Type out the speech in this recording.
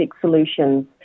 solutions